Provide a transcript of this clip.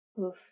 oof